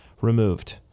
removed